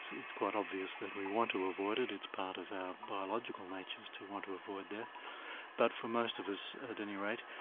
it's quite obvious that we want to avoid it it's part of our biological natures to want to avoid death but for most of us at any rate,